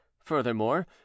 furthermore